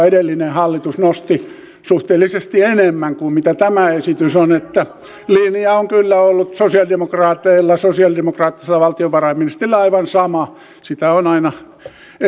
edellinen hallitus nosti kiinteistöveroa suhteellisesti enemmän kuin mitä tämä esitys on että linja on kyllä ollut sosialidemokraateilla sosialidemokraattisella valtiovarainministerillä aivan sama sitä on aina